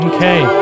Okay